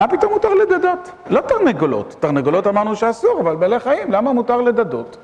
מה פתאום מותר לדדות, לא תרנגולות, תרנגולות אמרנו שאסור, אבל בעלי חיים למה מותר לדדות?